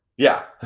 yeah.